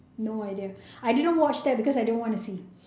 no idea I didn't watch that because I didn't want to see